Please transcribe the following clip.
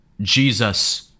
Jesus